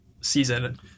season